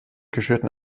geschürten